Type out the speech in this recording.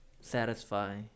satisfy